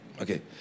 Okay